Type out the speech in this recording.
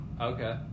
okay